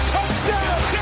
Touchdown